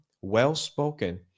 well-spoken